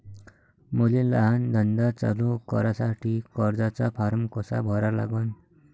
मले लहान धंदा चालू करासाठी कर्जाचा फारम कसा भरा लागन?